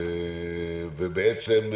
בעצם,